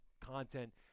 content